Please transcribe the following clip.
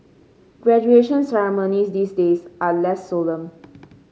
graduation ceremonies these days are less solemn